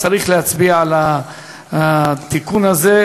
צריך להצביע על התיקון הזה,